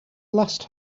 last